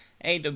AW